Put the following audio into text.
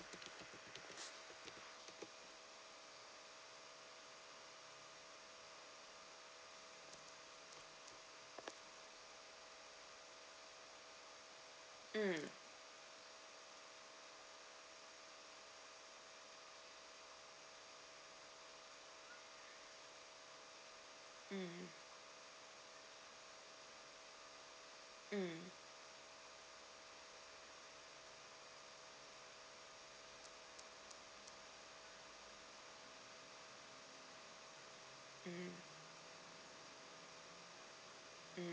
mm mm mm mm mm